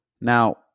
Now